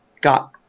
got